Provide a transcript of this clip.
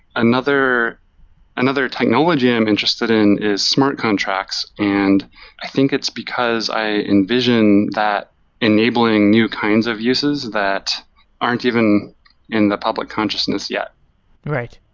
another another technology i'm interested in is smart contracts, and i think it's because i envisioned that enabling new kinds of uses that aren't even in the public consciousness yet right.